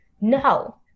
no